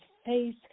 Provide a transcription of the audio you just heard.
Face